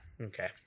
Okay